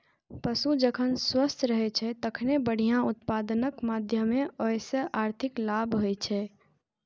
पशु जखन स्वस्थ रहै छै, तखने बढ़िया उत्पादनक माध्यमे ओइ सं आर्थिक लाभ होइ छै